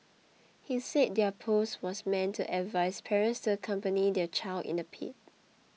he said their post was meant to advise parents to accompany their child in the pit